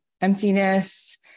emptiness